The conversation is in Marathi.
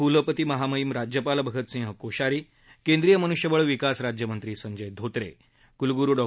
कुलपती महामहीम राज्यपाल भगतसिंह कोश्यारी केंद्रीय मनुष्यबळ विकास राज्यमंत्री संजय धोत्रे कुलगुरू डॉ